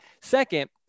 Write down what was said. Second